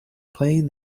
playing